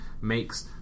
makes